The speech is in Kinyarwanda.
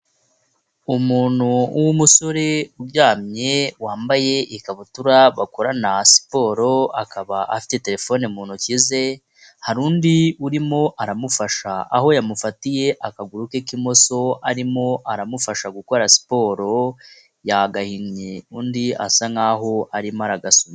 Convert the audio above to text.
Umuntu w'umusore uryamye wambaye ikabutura bakorana siporo akaba afite telefone mu ntoki ze, hari undi urimo aramufasha aho yamufatiye akaguru ke k'imoso arimo aramufasha gukora siporo, yagahinnye undi asa nk'aho arimo aragasunika.